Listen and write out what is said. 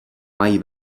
mají